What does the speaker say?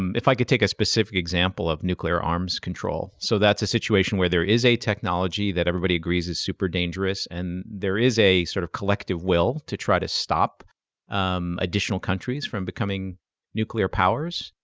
if i could take a specific example of nuclear arms control. so that's a situation where there is a technology that everybody agrees is super dangerous, and there is a sort of collective will to try to stop additional countries from becoming nuclear powers,